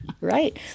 Right